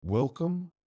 Welcome